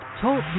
Talk